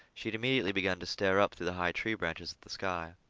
she had immediately begun to stare up through the high tree branches at the sky.